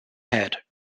head